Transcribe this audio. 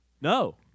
no